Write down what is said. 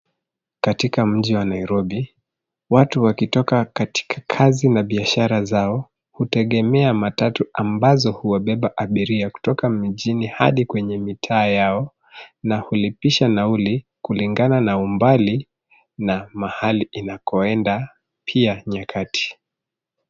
Katika mji wa Nairobi, watu wakitoka katika kazi na biashara zao, hutegemea matatu, ambazo huwabeba abiria kutoka mijini hadi kwenye mitaa yao, na hulipisha nauli kulingana na umbali na mahali inakoenda, pia nyakati.